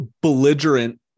belligerent